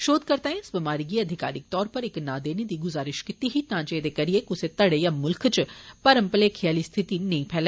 शोधकर्ताएं इस बमारी गी अधिकारिक तौर पर इक नांऽ देने दी ग्जारिष कीती ही तांजे एह्दे करियै क्सा धड़े यां मुल्खै च भरम भलेखे आहली स्थिति नेईं फैले